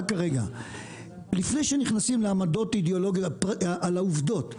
לפני שנכנסים לעמדות אידיאולוגיות, על העובדות.